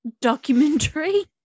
documentary